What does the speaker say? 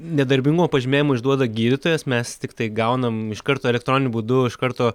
nedarbingumo pažymėjimą išduoda gydytojas mes tiktai gaunam iš karto elektroniniu būdu iš karto